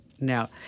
Now